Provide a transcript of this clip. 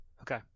Okay